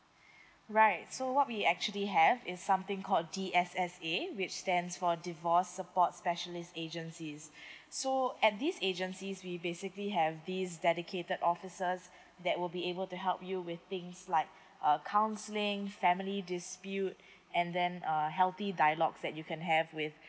right so what we actually have is something called D_S_S_A which stands for divorce support specialist agencies so at these agencies we basically have these dedicated officers that will be able to help you with things like uh counselling family dispute and then uh healthy dialogues that you can have with